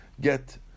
get